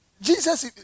Jesus